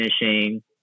finishing